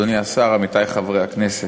תודה, אדוני השר, עמיתי חברי הכנסת,